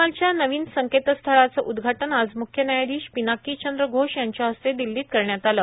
लोकपालच्या नवीन संकेतस्थळाचं उद्घाटन आज म्ख्य न्यायाधीश पिनाकी चंद्र घोष यांच्या हस्ते दिल्लीत करण्यात आलं